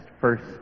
first